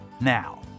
now